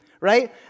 right